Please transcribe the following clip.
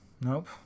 nope